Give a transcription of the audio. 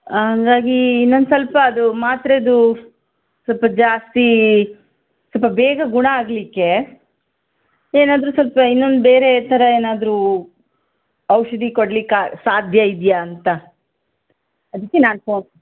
ಹಾಗಾಗಿ ಇನ್ನೊಂದು ಸ್ವಲ್ಪ ಅದು ಮಾತ್ರೇದು ಸ್ವಲ್ಪ ಜಾಸ್ತಿ ಸಲ್ಪ ಬೇಗ ಗುಣ ಆಗಲಿಕ್ಕೆ ಏನಾದರೂ ಸ್ವಲ್ಪ ಇನ್ನೊಂದು ಬೇರೆ ಥರ ಏನಾದರೂ ಔಷಧಿ ಕೊಡ್ಲಿಕ್ಕೆ ಆ ಸಾಧ್ಯ ಇದೆಯಾ ಅಂತ ಅದಕ್ಕೆ ನಾನು ಫೋನ್